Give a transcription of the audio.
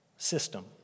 System